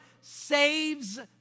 saves